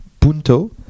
punto